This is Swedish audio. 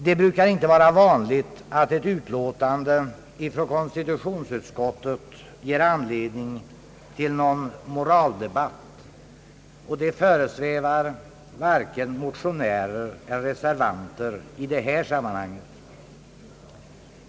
Det brukar inte vara vanligt att ett utlåtande från konstitutionsutskottet ger anledning till någon moraldebatt, och detta föresvävar varken motionärer eller reservanter i detta sammanhang.